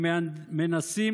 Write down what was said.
מנסים